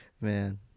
Man